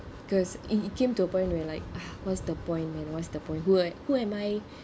cause it it came to a point where like ah what's the point man what's the point who am who am I